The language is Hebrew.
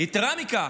יתרה מזו,